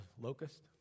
locust